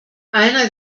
einer